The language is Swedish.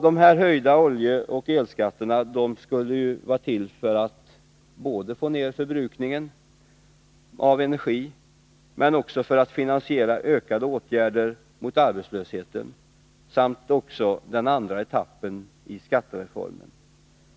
De höjda oljeoch elskatterna skulle vara till för att få ner förbrukningen av energi och för att finansiera ökade åtgärder mot arbetslösheten och den andra etappen av skattereformen.